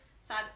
sad